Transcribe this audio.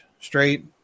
straight